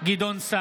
(קורא בשם חבר הכנסת) גדעון סער,